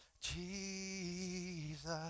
Jesus